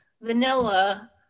vanilla